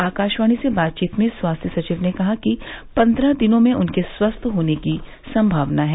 आकाशवाणी से बातचीत में स्वास्थ्य सचिव ने कहा कि पन्द्रह दिनों में उनके स्वस्थ होने की संभावना है